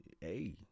Hey